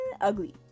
ugly